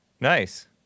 Nice